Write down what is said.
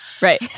Right